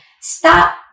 Stop